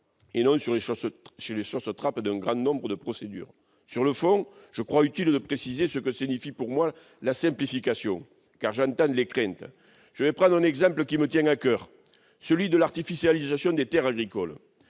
et non sur les chausse-trapes d'un grand nombre de procédures. Sur le fond, je crois utile de préciser ce que signifie pour moi la simplification, car j'entends les craintes qui s'expriment. Je vais prendre un exemple qui me tient à coeur, celui de l'artificialisation des terres agricoles.